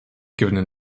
gewinnen